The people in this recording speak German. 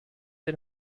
den